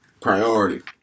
Priority